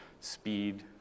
speed